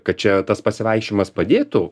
kad čia tas pasivaikščiojimas padėtų